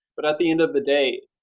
but at the end of the day,